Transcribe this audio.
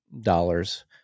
dollars